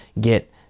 get